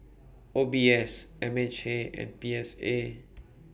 O B S M H A and P S A